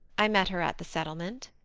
i met her at the settlement.